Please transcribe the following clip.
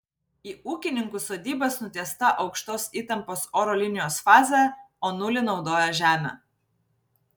į ūkininkų sodybas nutiesta aukštos įtampos oro linijos fazė o nulį naudoja žemę